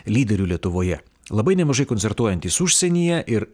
lyderių lietuvoje labai nemažai koncertuojantys užsienyje ir